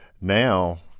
Now